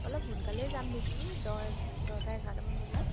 অলপ সোনকালেই যাম নেকি দহ দহটা এঘাৰটামান বজাত